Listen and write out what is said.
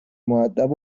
مودب